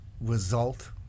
result